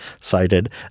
cited